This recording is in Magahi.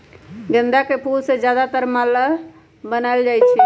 गेंदा के फूल से ज्यादातर माला बनाएल जाई छई